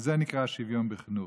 זה נקרא שוויון בחינוך,